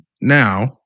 now